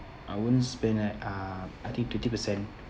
I won't spend at um I think twenty percent